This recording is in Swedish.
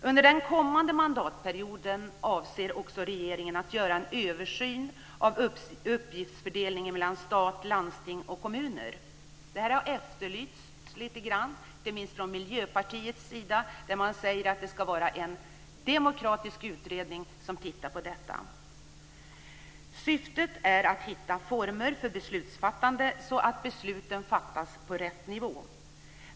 Under den kommande mandatperioden avser regeringen också att göra en översyn av uppgiftsfördelningen mellan stat, landsting och kommuner. Det här har efterlysts lite grann, inte minst från Miljöpartiet som säger att det ska vara en demokratisk utredning som tittar närmare på detta. Syftet är att hitta former för beslutsfattande så att besluten fattas på rätt nivå.